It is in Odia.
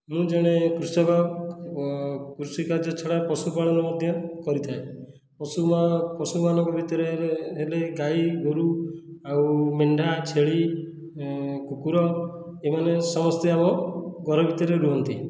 ମୁଁ ଜଣେ କୃଷକ କୃଷିକାର୍ଯ୍ୟ ଛଡ଼ା ପଶୁପାଳନ ମଧ୍ୟ କରିଥାଏ ପଶୁପାଳନ ପଶୁପାଳନ ଭିତରେ ହେଲେ ଗାଈ ଗୋରୁ ଆଉ ମେଣ୍ଢା ଛେଳି କୁକୁର ଏମାନେ ସମସ୍ତେ ଆମ ଘର ଭିତରେ ରୁହନ୍ତି